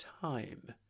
time